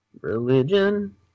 Religion